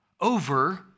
over